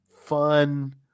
fun